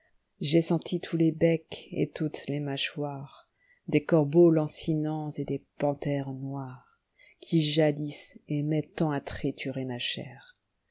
j'ai senti tous les becs et toutes les mâchoiresdes corbeaux lancinants et des panthères noiresqui jadis aimaient tant à triturer ma chair